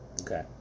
Okay